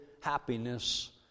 happiness